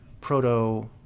proto